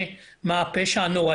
אבל אני נמצא בבית המעצר ניצן ברמלה,